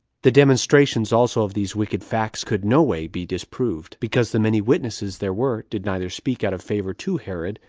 the demonstrations also of these wicked facts could no way be disproved, because the many witnesses there were did neither speak out of favor to herod,